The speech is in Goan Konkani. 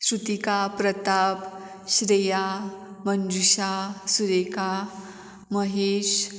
श्रुतीका प्रताप श्रेया मनजुशा सुरेका महेश